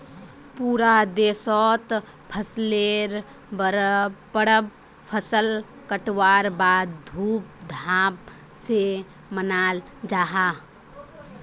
पूरा देशोत फसलेर परब फसल कटवार बाद धूम धाम से मनाल जाहा